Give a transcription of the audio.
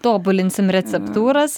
tobulinsim receptūras